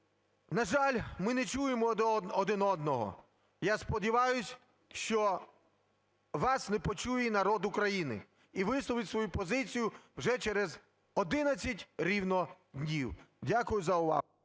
На жаль, ми не чуємо один одного. Я сподіваюся, що вас не почує і народ України, і висловить свою позицію вже через 11 рівно днів. Дякую за увагу.